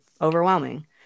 overwhelming